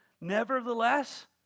Nevertheless